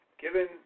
given